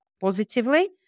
positively